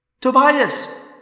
Tobias